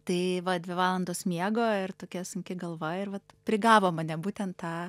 tai va dvi valandos miego ir tokia sunki galva ir vat prigavo mane būtent tą